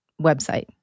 website